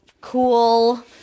cool